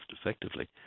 effectively